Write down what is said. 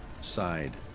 side